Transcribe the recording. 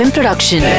Production